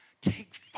take